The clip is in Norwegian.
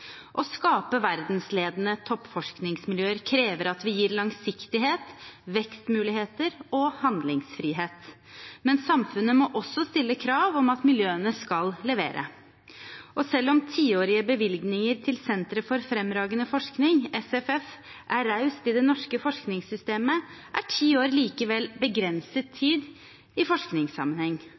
Å skape verdensledende toppforskningsmiljøer krever at vi gir langsiktighet, vekstmuligheter og handlingsfrihet. Men samfunnet må også stille krav om at miljøene skal levere. Selv om tiårige bevilgninger til sentre for fremragende forskning, SFF-er, er raust i det norske forskningssystemet, er ti år likevel begrenset tid i forskningssammenheng.